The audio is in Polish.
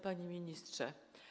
Panie Ministrze!